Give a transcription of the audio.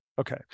Okay